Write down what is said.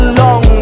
long